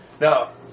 Now